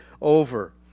over